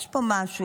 יש פה משהו,